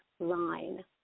line